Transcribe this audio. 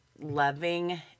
loving